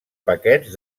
paquets